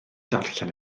darllen